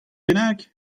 bennak